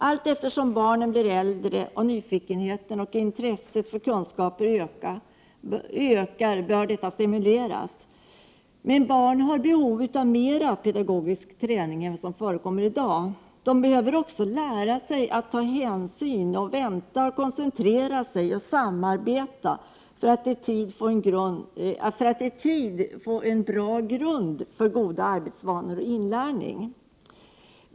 Allteftersom barnen blir äldre och nyfikenheten och intresset för kunskaper ökar bör detta stimuleras. Men barn har behov av mera pedagogisk träning än som förekommer i dag. De behöver också lära sig att ta hänsyn, att vänta, att koncentrera sig och att samarbeta, för att i tid få en bra grund för | goda arbetsvanor och inlärning.